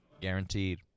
Guaranteed